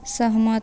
सहमत